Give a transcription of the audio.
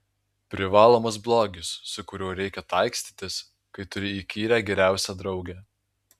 privalomas blogis su kuriuo reikia taikstytis kai turi įkyrią geriausią draugę